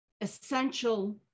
essential